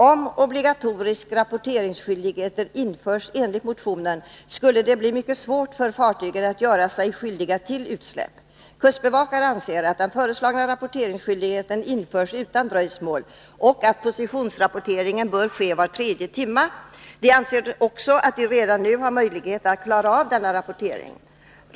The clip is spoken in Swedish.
Om obligatorisk rapporteringsskyldighet införs enligt vad som föreslås i motionen skulle det bli mycket svårt för fartygen att göra sig skyldiga till utsläpp. Kustbevakare anser att den föreslagna rapporteringsskyldigheten bör införas utan dröjsmål och att positionsrapportering bör ske var tredje timma. De anser också att de redan nu har möjlighet att klara denna rapportering.